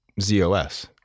ZOS